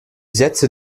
sätze